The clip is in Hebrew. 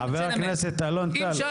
אדוני --- חה"כ אלון טל,